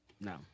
no